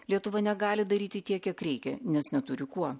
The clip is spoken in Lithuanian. lietuva negali daryti tiek kiek reikia nes neturi kuo